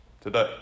today